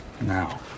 Now